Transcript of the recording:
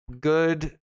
Good